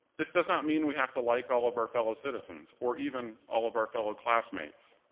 this does not mean we have to like all of our fellow citizens, or even all of our fellow classmates,